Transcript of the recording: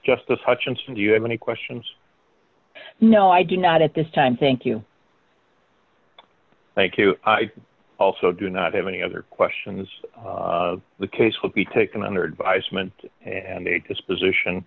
justice hutchinson do you have any questions no i do not at this time thank you thank you i also do not have any other questions the case will be taken under advisement and a disposition